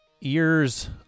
Ears